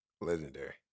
Legendary